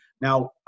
Now